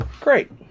Great